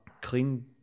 clean